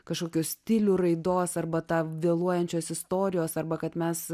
kažkokio stilių raidos arba ta vėluojančios istorijos arba kad mes